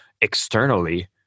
externally